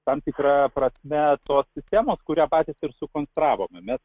tam tikra prasme tos sistemos kurią patys ir sukonstravome